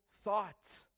thought